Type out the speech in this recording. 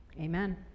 amen